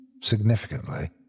significantly